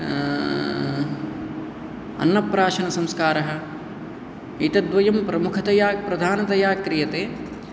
अन्नप्राशन्संस्कारः एतद्वयं प्रमुखतया प्रधानतया क्रियते